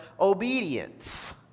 obedience